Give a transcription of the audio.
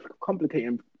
complicating